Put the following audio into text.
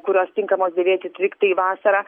kurios tinkamos dėvėti tiktai vasarą